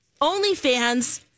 OnlyFans